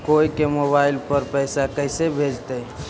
कोई के मोबाईल पर पैसा कैसे भेजइतै?